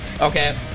Okay